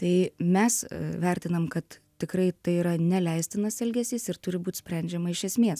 tai mes vertinam kad tikrai tai yra neleistinas elgesys ir turi būt sprendžiama iš esmės